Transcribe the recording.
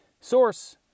Source